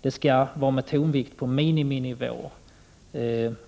Det skall vara med tonvikt på miniminivå.